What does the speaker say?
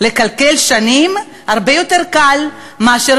לקלקל בשנים זה הרבה יותר קל מאשר